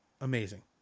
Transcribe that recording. amazing